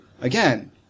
again